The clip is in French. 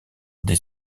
des